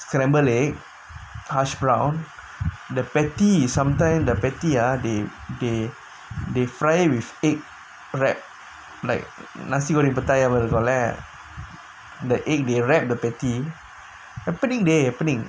scramble egg hash brown the patty is sometime the patty ah they they they fry with egg wrapped like nasi goreng pattaya மாதிரி இருக்குல:maathiri irukkula the egg they wrap the patty happening day happening